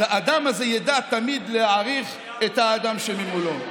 אז האדם הזה ידע תמיד להעריך את האדם שממולו.